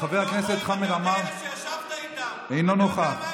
חבר הכנסת חמד עמאר, אינו נוכח.